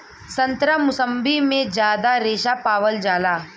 संतरा मुसब्बी में जादा रेशा पावल जाला